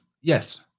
yes